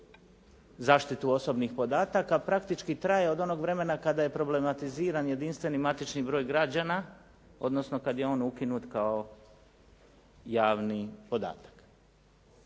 zaštitu osobnih podataka praktički traje od onog vremena kada je problematizirani jedinstveni matični broj građana, odnosno kada je on ukinut kao javni podatak.